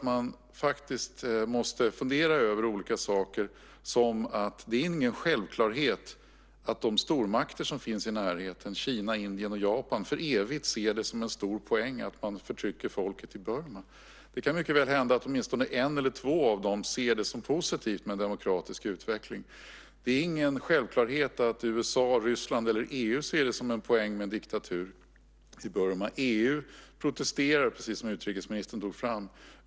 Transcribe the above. Man måste fundera över olika saker, till exempel att det inte är någon självklarhet att de stormakter som finns i närheten, Kina, Indien och Japan, för evigt ser det som en stor poäng att folket i Burma förtrycks. Det kan mycket väl hända att åtminstone en eller två av dem ser det som positivt med demokratisk utveckling. Det är ingen självklarhet att USA, Ryssland eller EU ser det som en poäng med en diktatur i Burma. EU protesterar, precis som utrikesministern tog fram.